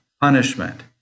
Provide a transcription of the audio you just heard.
punishment